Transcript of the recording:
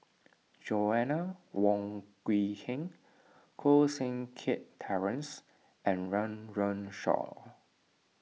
Joanna Wong Quee Heng Koh Seng Kiat Terence and Run Run Shaw